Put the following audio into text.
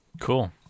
Cool